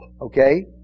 Okay